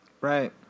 Right